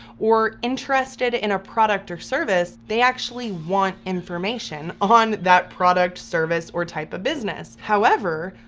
or interested in a product or service, they actually want information on that product, service or type of business. however,